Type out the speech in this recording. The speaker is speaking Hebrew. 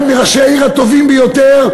אחד מראשי העיר הטובים ביותר,